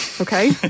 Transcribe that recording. Okay